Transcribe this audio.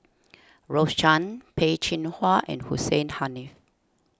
Rose Chan Peh Chin Hua and Hussein Haniff